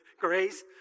Grace